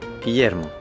Guillermo